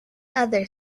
other